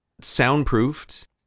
soundproofed